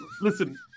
listen